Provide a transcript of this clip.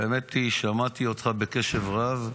האמת היא ששמעתי אותך בקשב רב,